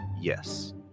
Yes